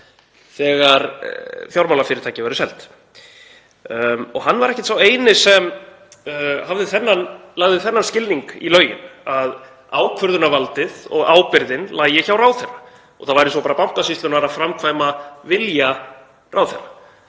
þegar fjármálafyrirtæki væru seld og hann var ekki sá eini sem lagði þennan skilning í lögin, að ákvörðunarvaldið og ábyrgðin lægi hjá ráðherra og það væri svo bara Bankasýslunnar að framkvæma vilja ráðherra.